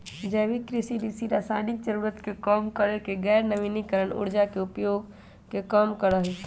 जैविक कृषि, कृषि रासायनिक जरूरत के कम करके गैर नवीकरणीय ऊर्जा के उपयोग के कम करा हई